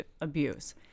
abuse